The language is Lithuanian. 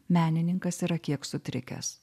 menininkas yra kiek sutrikęs